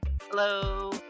Hello